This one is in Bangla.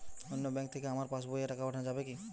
অন্য ব্যাঙ্ক থেকে আমার পাশবইয়ে টাকা পাঠানো যাবে কি?